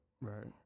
Right